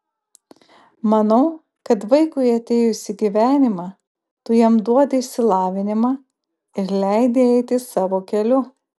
manau kad vaikui atėjus į gyvenimą tu jam duodi išsilavinimą ir leidi eiti savo keliu